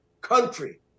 country